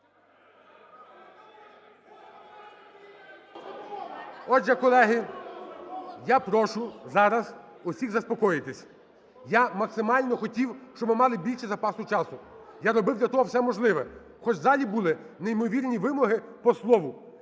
Отже, колеги, я прошу зараз усіх заспокоїтись. Я максимально хотів, щоб мали більше запасу часу, я робив для того все можливо, хоч в залі були неймовірні вимоги по слову.